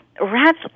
rats